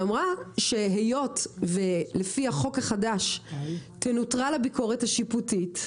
אמרה שהיות ולפי החוק החדש תנוטרל הביקורת השיפוטית,